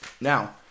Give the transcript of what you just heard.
Now